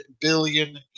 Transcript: billion